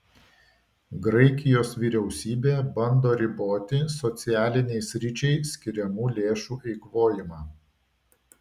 graikijos vyriausybė bando riboti socialiniai sričiai skiriamų lėšų eikvojimą